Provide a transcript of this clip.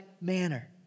manner